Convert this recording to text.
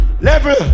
level